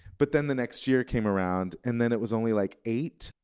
but then the next year came around, and then it was only like eight.